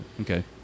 Okay